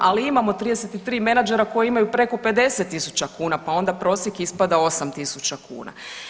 Ali imamo 33 menadžera koji imaju preko 50 000 kuna, pa onda prosjek ispada 8000 kuna.